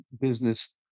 business